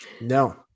No